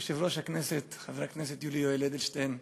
אדוני יושב-ראש הכנסת חבר הכנסת יולי יואל אדלשטיין,